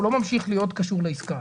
הוא לא ממשיך להיות קשור לעסקה.